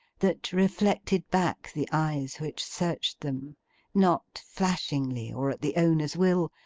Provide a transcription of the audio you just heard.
that reflected back the eyes which searched them not flashingly, or at the owner's will,